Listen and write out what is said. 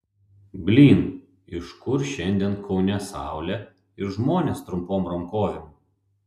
blyn iš kur šiandien kaune saulė ir žmonės trumpom rankovėm